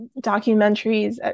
documentaries